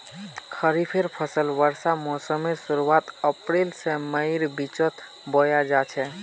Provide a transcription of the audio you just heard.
खरिफेर फसल वर्षा मोसमेर शुरुआत अप्रैल से मईर बिचोत बोया जाछे